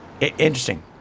interesting